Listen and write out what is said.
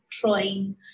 drawing